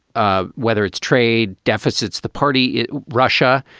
ah whether it's trade deficits, the party in russia,